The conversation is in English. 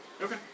okay